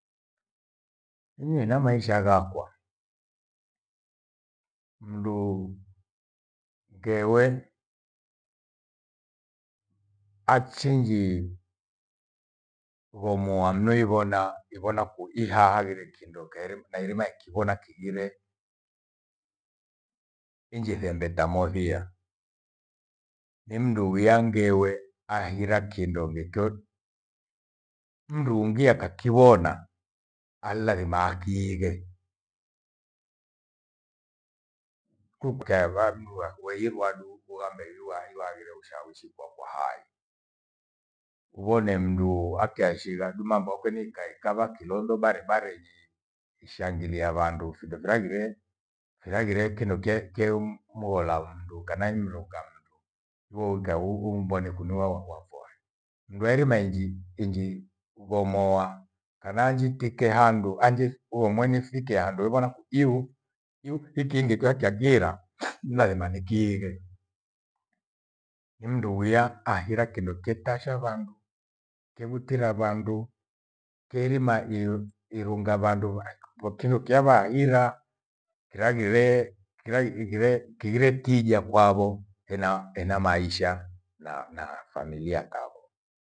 Inyiene maisha ghakwa, mndu ngewe achinjie womo hamnyweivona, ivona kuhia hathire kindo kairi- nairima ikivona Kighire. Injisembeta mothiya, induwia ngewe ahira kindonge kyo. Mndu ungi akakivona anilathima akiige. Kukyava mndu wakueirwa du kumuaeriwa iwa hagire ushawishi wakwa hai. Uvone mndu akeashighadu mambo ake nikaika vakilotho barebarenyi ishangilia vandu findo firangirie, firangirie kindo kye- kye muhola mndu kanaironga mndu. Uo ukae umbone kunu wawakuwafoa mndu aerima inji- inji uvomoa kananjitike handu anjiri huomwenifikie handu hivona kuihu hiu hikingi kwakagira lathima nikiighe. Ni mndu uya ahira kindo kitasha vandu, kivutira vandu, kiirima iru- irunga vandu botilo ukyava haira. Hira ghiree, hiraighire kighire kija kwavo ena- ena maisha na- na familia kavo.